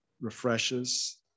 refreshes